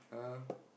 uh